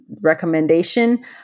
recommendation